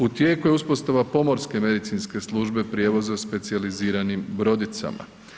U tijeku je uspostava pomorske medicinske službe prijevoza specijaliziranim brodicama.